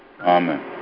Amen